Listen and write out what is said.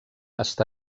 està